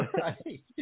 right